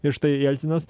ir štai jelcinas